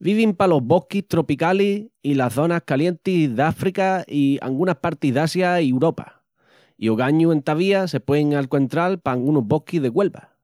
Vivin palos bosquis tropicalis i zonas calientis d'África i angunas partis d'Asia i Uropa, i ogañu entavía se puein alcuentral p’angunus bosquis de Güelva.